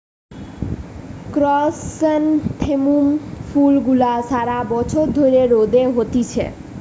chrysanthemum ফুল গুলা সারা বছর ধরে রোদে হতিছে